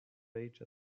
age